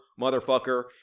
motherfucker